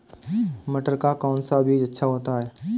मटर का कौन सा बीज अच्छा होता हैं?